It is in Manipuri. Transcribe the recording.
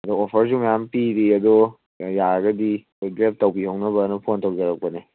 ꯑꯗꯣ ꯑꯣꯐꯔꯁꯨ ꯃꯌꯥꯝ ꯄꯤꯔꯤ ꯑꯗꯣ ꯌꯥꯔꯒꯗꯤ ꯑꯩꯈꯣꯏ ꯒ꯭ꯔꯦꯕ ꯇꯧꯕꯤꯍꯧꯅꯕꯑꯅ ꯐꯣꯟ ꯇꯧꯖꯔꯛꯄꯅꯦ